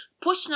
push